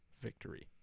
victory